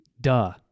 duh